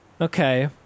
Okay